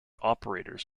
operators